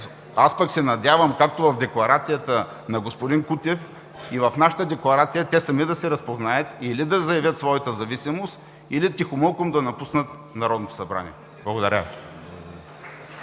Аз пък се надявам, както в декларацията на господин Кутев, и в нашата декларация те сами да се разпознаят – или да заявят своята зависимост, или тихомълком да напуснат Народното събрание. Благодаря